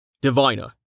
Diviner